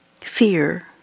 fear